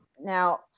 now